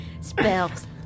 Spells